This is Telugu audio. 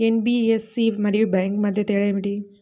ఎన్.బీ.ఎఫ్.సి మరియు బ్యాంక్ మధ్య తేడా ఏమిటీ?